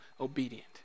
obedient